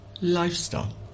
lifestyle